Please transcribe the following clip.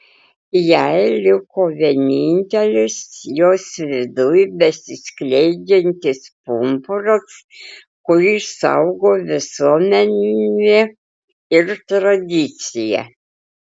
jai liko vienintelis jos viduj besiskleidžiantis pumpuras kurį saugo visuomenė ir tradicija